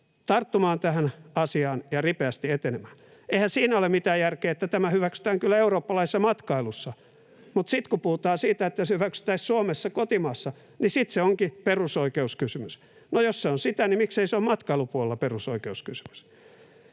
tarttumaan tähän asiaan ja ripeästi etenemään. Eihän siinä ole mitään järkeä, että tämä hyväksytään kyllä eurooppalaisessa matkailussa, mutta sitten kun puhutaan siitä, että se hyväksyttäisiin Suomessa, kotimaassa, niin sitten se onkin perusoikeuskysymys. No, jos se on sitä, niin miksei se ole matkailupuolella perusoikeuskysymys?